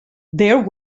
there